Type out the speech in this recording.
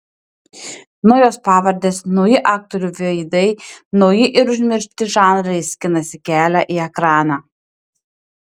naujos pavardės nauji aktorių veidai nauji ar užmiršti žanrai skinasi kelią į ekraną